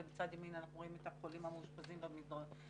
ובצד ימין אנחנו רואים את החולים המאושפזים במסדרונות.